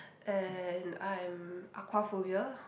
and I'm aqua phobia